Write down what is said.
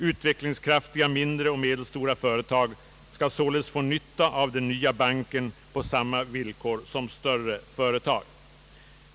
Utvecklingskraftiga mindre och medelstora företag skall således få nytta av den nya banken på samma villkor som större företag.